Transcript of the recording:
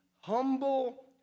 humble